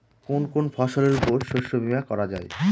কোন কোন ফসলের উপর শস্য বীমা করা যায়?